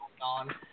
on